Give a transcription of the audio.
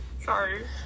Sorry